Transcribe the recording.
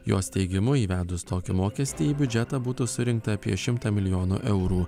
jos teigimu įvedus tokį mokestį į biudžetą būtų surinkta apie šimtą milijonų eurų